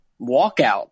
walkout